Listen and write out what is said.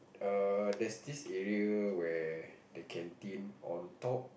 err there's this area where the canteen on top